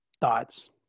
thoughts